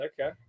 Okay